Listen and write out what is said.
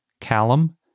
Callum